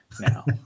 now